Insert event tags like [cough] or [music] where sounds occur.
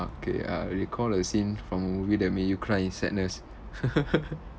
okay uh recall a scene from a movie that made you cry in sadness [laughs]